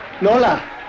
Nola